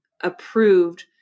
approved